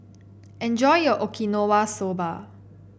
enjoy your Okinawa Soba